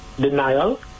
denial